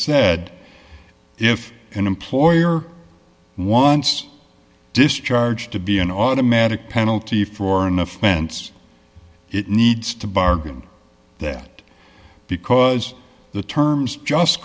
said if an employer wants discharge to be an automatic penalty for an offense it needs to bargain that because the terms just